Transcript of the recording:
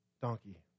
donkey